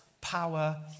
power